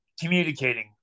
communicating